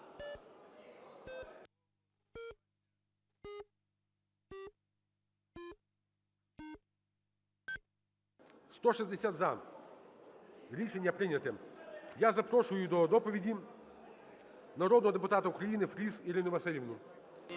За-160 Рішення прийнято. Я запрошую до доповіді народного депутата України Фріз Ірину Василівну.